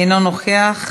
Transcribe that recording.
אינו נוכח.